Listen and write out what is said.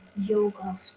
yoga